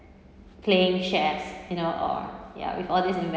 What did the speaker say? playing chefs you know or ya with all these